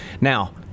now